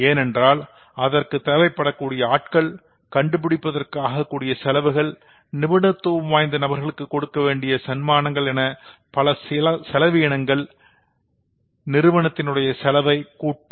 ஏனென்றால் அதற்கு தேவைப்படக்கூடிய ஆட்கள் கண்டுபிடிப்பதற்காக கூடிய செலவுகள் நிபுணத்துவம் வாய்ந்த நபர்களுக்கு கொடுக்க வேண்டிய சன்மானங்கள் என பல செலவீனங்கள் நிறுவனத்தின் உடைய செலவைக் கூட்டும்